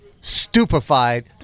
Stupefied